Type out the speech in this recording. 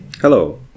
Hello